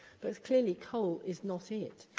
but clearly coal is not it.